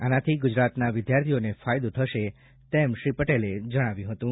આનાથી ગુજરાતના વિદ્યાર્થીઓને ફાયદો થશે એમ પણ શ્રી પટેલે જણાવ્યું હતું